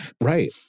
Right